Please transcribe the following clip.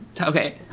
Okay